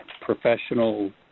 professional